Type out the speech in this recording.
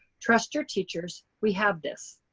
trust your teachers, we have this.